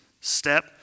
step